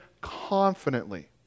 confidently